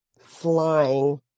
flying